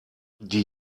die